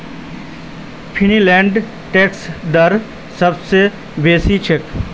फिनलैंडेर टैक्स दर सब स बेसी छेक